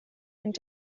und